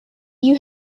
you